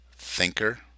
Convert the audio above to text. Thinker